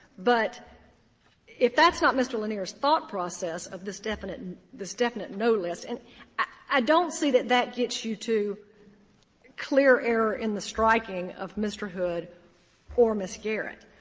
but if that's not mr. lanier's thought process of this definite and this definite no list and i don't see that that gets you to clear error in the striking of mr. hood or ms. garrett.